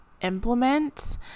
implement